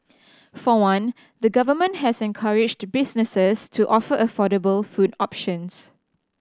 for one the Government has encouraged businesses to offer affordable food options